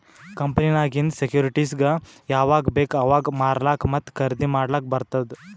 ಕಂಪನಿನಾಗಿಂದ್ ಸೆಕ್ಯೂರಿಟಿಸ್ಗ ಯಾವಾಗ್ ಬೇಕ್ ಅವಾಗ್ ಮಾರ್ಲಾಕ ಮತ್ತ ಖರ್ದಿ ಮಾಡ್ಲಕ್ ಬಾರ್ತುದ್